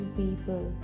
people